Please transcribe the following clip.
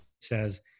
says